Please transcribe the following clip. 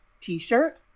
t-shirt